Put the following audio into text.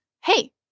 hey